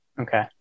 okay